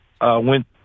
went